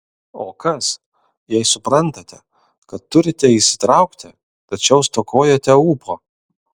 o kas jei suprantate kad turite įsitraukti tačiau stokojate ūpo